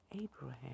Abraham